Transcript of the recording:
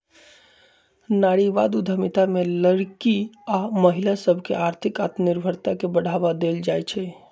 नारीवाद उद्यमिता में लइरकि आऽ महिला सभके आर्थिक आत्मनिर्भरता के बढ़वा देल जाइ छइ